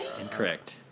Incorrect